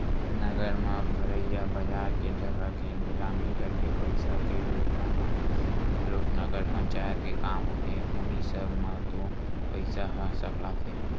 नगर म भरइया बजार के जघा के निलामी करके पइसा के जुटाना घलोक नगर पंचायत के काम होथे उहीं सब म तो पइसा ह सकलाथे